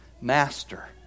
master